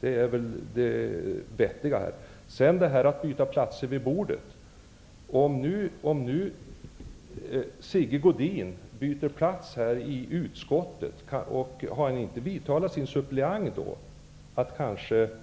Det är det enda vettiga. Jag vill återkomma till det här med att byta platser vid bordet i utskottsarbetet. När Sigge Godin byter plats i utskottet, vidtalar han då inte sin suppleant att ansluta